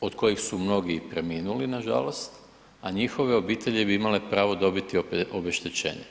od kojih su mnogi i preminuli nažalost, a njihove obitelji bi imale pravo dobiti obeštećenje.